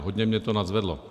Hodně mě to nadzvedlo.